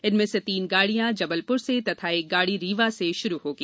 इनमें से तीन गाड़ियां जबलप्र से तथा एक गाड़ी रीवा से श्रू होगी